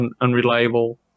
unreliable